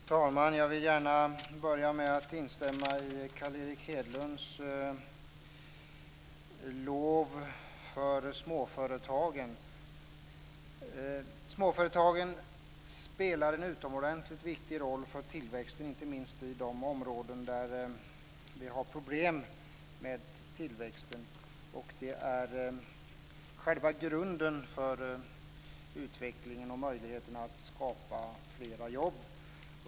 Fru talman! Jag vill gärna börja med att instämma i Carl Erik Hedlunds lov till småföretagen. Småföretagen spelar en utomordentligt viktig roll för tillväxten - inte minst i de områden där vi har problem med tillväxten. De är själva grunden för utvecklingen och möjligheterna att skapa flera jobb.